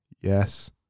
yes